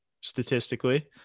Statistically